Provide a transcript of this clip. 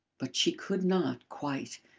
but she could not, quite.